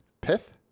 pith